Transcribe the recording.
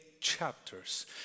chapters